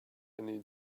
need